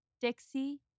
Dixie